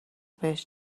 بهش